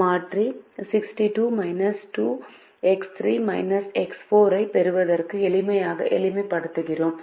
மாற்றி 66 2X3 X4 ஐப் பெறுவதற்கு எளிமைப்படுத்துகிறோம்